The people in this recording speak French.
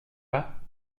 pas